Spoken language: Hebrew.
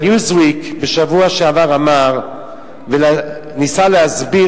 ב"ניוזוויק" בשבוע שעבר אמר וניסה להסביר